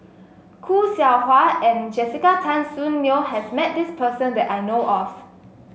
Khoo Seow Hwa and Jessica Tan Soon Neo has met this person that I know of